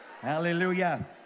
Hallelujah